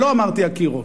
ולא אמרתי אקירוב.